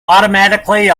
automatically